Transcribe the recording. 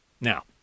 Now